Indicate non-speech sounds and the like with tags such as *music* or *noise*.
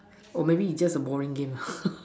or maybe it's just a boring game lah *laughs*